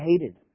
hated